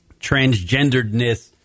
transgenderedness